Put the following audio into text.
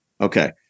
Okay